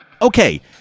Okay